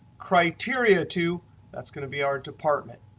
criteria two that's going to be our department.